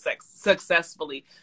successfully